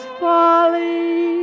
folly